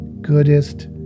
goodest